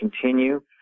continue